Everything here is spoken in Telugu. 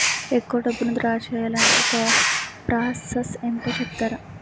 ఎక్కువ డబ్బును ద్రా చేయాలి అంటే ప్రాస సస్ ఏమిటో చెప్తారా?